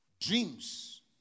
Dreams